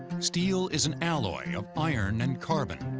steel is an alloy of iron and carbon,